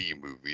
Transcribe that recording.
movie